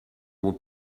mon